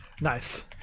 nice